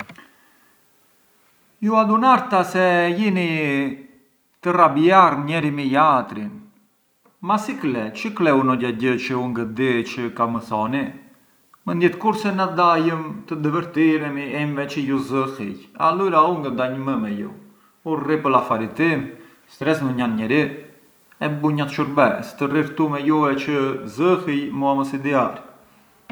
Ju adunarta se jini të rabjarm njeri me jatrin, ma si kle, çë kleu ndo gjagje çë u ngë di çë ka më thoni? Mënd jet kurrë se na dajëm të divërtiremi e inveci ju zëhij? Alura u ngë danj më me ju, u rri pë l’afari tim thërresh ndo njatr njeri e bunj njatrë shurbes, të rri këtu me juve çë zëhij mua më sidiar.